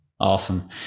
Awesome